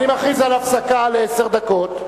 אני מכריז על הפסקה של עשר דקות.